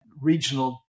regional